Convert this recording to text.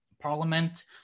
parliament